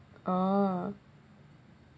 oo